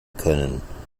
können